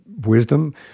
Wisdom